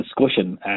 discussion